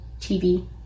TV